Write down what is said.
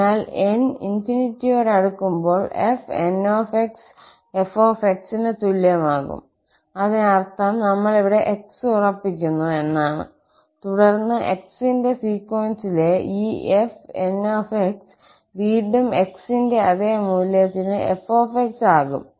അതിനാൽ 𝑛∞ യോട് അടുക്കുമ്പോൾ 𝑓𝑛𝑥 𝑓𝑥 ന് തുല്യമാകും അതിനർത്ഥം നമ്മൾ ഇവിടെ x ഉറപ്പിക്കുന്നു എന്നാണ് തുടർന്ന് x ന്റെ സീക്വൻസിലെ ഈ 𝑓𝑛𝑥 വീണ്ടും 𝑥 ന്റെ അതേ മൂല്യത്തിന് 𝑓𝑥 ആകും